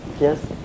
Yes